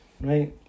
right